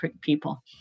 people